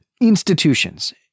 institutions